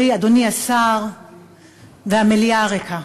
אדוני השר והמליאה הריקה,